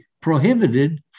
prohibited